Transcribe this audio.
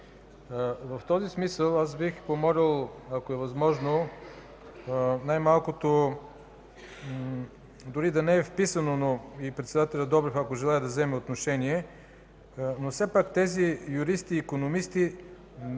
В този смисъл бих помолил, ако е възможно, най-малкото, дори да не е вписано, но и председателят Добрев, ако желае, да вземе отношение, но все пак тези юристи и икономисти да имат